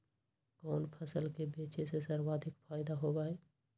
कोन फसल के बेचे से सर्वाधिक फायदा होबा हई?